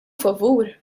favur